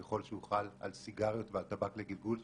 ככל שהוא חל על סיגריות ועל טבק לגלגול,